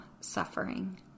suffering